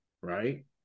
right